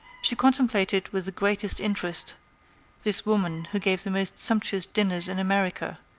she contemplated with the greatest interest this woman who gave the most sumptuous dinners in america,